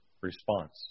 response